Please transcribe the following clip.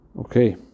Okay